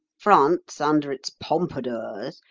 france under its pompadours,